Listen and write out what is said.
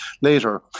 later